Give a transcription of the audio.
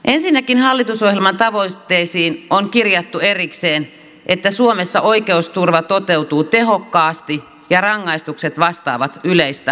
ensinnäkin hallitusohjelman tavoitteisiin on kirjattu erikseen että suomessa oikeusturva toteutuu tehokkaasti ja rangaistukset vastaavat yleistä oikeustajua